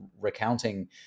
recounting